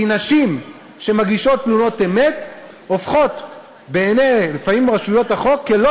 כי נשים שמגישות תלונות אמת הופכות לפעמים בעיני רשויות החוק כלא